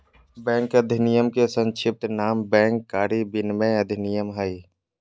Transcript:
bank अधिनयम के संक्षिप्त नाम बैंक कारी विनयमन अधिनयम हइ